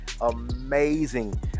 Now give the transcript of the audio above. amazing